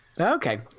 Okay